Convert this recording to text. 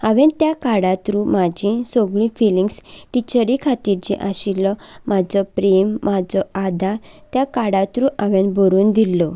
हांवें त्या कार्डा थ्रू म्हाजी सगळीं फिलिंग्स टिचेरी खातीर जें आशिल्लो म्हजो प्रेम म्हजो आदर त्या कार्डा थ्रू हांवें बरोवन दिल्लो